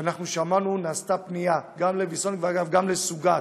ששמענו נעשתה פנייה גם לוויסוניק, ואגב גם לסוגת,